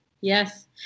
yes